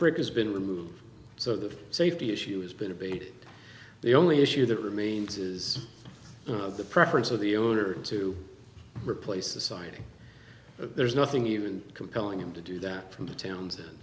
bridge has been removed so the safety issue has been abated the only issue that remains is not the preference of the owner to replace society there's nothing even compelling him to do that from townsend and